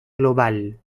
global